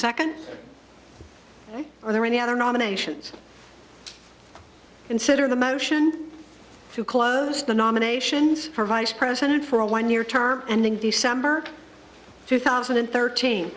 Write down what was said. second are there any other nominations consider the motion to close the nominations for vice president for a one year term and in december two thousand and thirteen